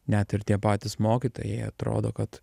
net ir tie patys mokytojai atrodo kad